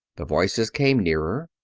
the voices came nearer.